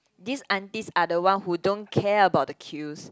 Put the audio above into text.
these aunties are the one who don't care about the queues